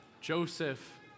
Joseph